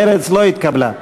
מרצ לא התקבלה.